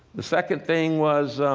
the second thing was,